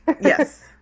Yes